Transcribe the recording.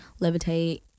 levitate